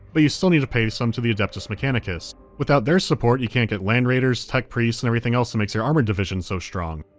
but you still need to pay some to the adeptus mechanicus. without their support, you can't get land raiders, tech priests, and everything else that makes your armored division so strong.